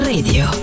Radio